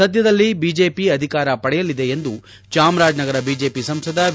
ಸದ್ಯದಲ್ಲಿ ಬಿಜೆಪಿ ಅಧಿಕಾರ ಪಡೆಯಲಿದೆ ಎಂದು ಚಾಮರಾಜನಗರ ಬಿಜೆಪಿ ಸಂಸದ ವಿ